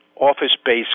office-based